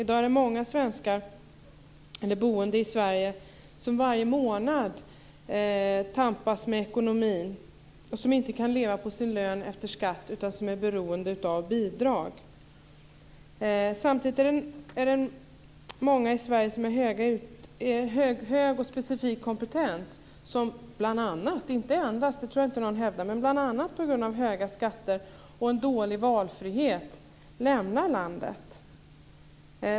I dag är det många svenskar eller boende i Sverige som varje månad tampas med ekonomin och som inte kan leva på sin lön efter skatt utan är beroende av bidrag. Samtidigt är det många i Sverige med hög och specifik kompetens som bl.a. - inte endast, det tror jag ingen hävdar - på grund av höga skatter och en dålig valfrihet lämnar landet.